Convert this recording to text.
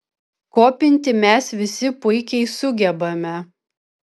kopinti mes visi puikiai sugebame